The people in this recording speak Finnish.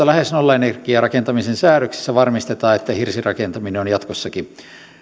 lähes nollaenergiarakentamisen säädöksissä varmistetaan että hirsirakentaminen on jatkossakin